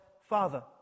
father